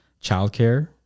childcare